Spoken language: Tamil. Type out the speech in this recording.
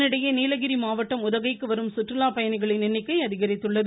இதனிடையே நீலகிரி மாவட்டம் உதகைக்கு வரும் சுற்றுலாப்பயணிகளின் எண்ணிக்கை அதிகரித்துள்ளது